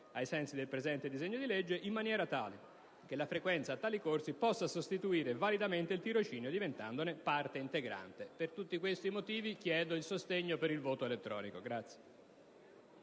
ai sensi del presente disegno di legge, in maniera tale che la frequenza a tali corsi possa sostituire validamente il tirocinio diventandone parte integrante. Per questi motivi, chiediamo la votazione nominale con